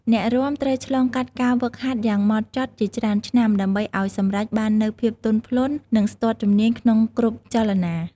អ្នករាំត្រូវឆ្លងកាត់ការហ្វឹកហាត់យ៉ាងហ្មត់ចត់ជាច្រើនឆ្នាំ ដើម្បីឱ្យសម្រេចបាននូវភាពទន់ភ្លន់ និងស្ទាត់ជំនាញក្នុងគ្រប់ចលនា។